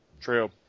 True